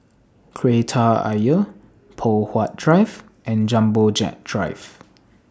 Kreta Ayer Poh Huat Drive and Jumbo Jet Drive